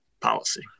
policy